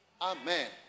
Amen